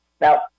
Now